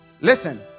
Listen